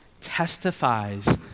testifies